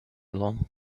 long